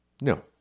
No